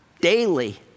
daily